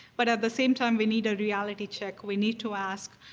but at the same time we need a reality check. we need to ask,